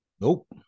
Nope